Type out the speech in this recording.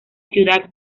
ciudad